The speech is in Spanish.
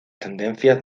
tendencias